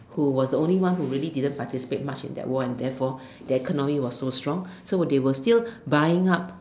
who was only one who really didn't participate much in that war and therefore their economy was so strong so was they were still buying up